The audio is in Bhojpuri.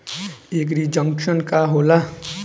एगरी जंकशन का होला?